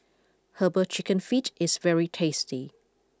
Herbal Chicken Feet is very tasty